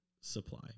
supply